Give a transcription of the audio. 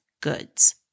goods